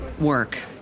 work